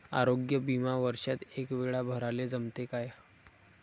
आरोग्य बिमा वर्षात एकवेळा भराले जमते का?